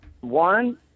One